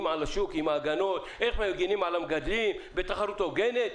עם ההגנות על השוק ועל המגדלים תוך תחרות הוגנת.